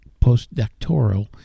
postdoctoral